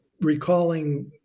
recalling